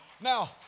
Now